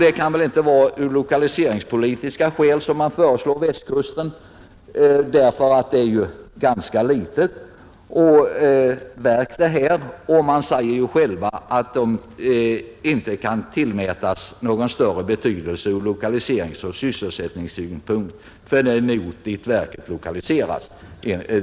Det kan väl inte vara av lokaliseringspolitiska skäl som de föreslår Västkusten. Detta är ett ganska litet verk, och reservanterna säger själva att det inte ”kan tillmätas någon större betydelse ur lokaliseringsoch sysselsättningssynpunkt för den ort dit verket lokaliseras”.